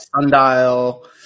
Sundial